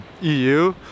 EU